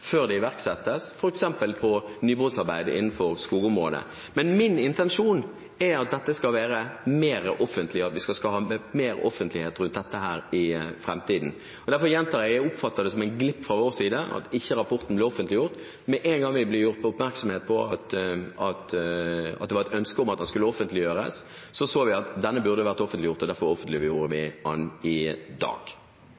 før noe iverksettes, f.eks. på nybrottsarbeid innenfor skogområdet. Min intensjon er at dette skal være mer offentlig, at vi skal ha mer offentlighet rundt dette i framtiden. Derfor gjentar jeg: Jeg oppfatter det som en glipp fra vår side at ikke rapporten ble offentliggjort. Med en gang vi ble gjort oppmerksom på at det var et ønske om at den skulle offentliggjøres, så vi at denne burde vært offentliggjort, og derfor offentliggjorde vi